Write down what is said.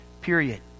period